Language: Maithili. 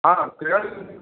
हँ के